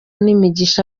n’imigisha